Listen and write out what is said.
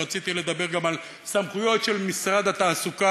ורציתי לדבר גם על סמכויות של משרד התעסוקה,